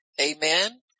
amen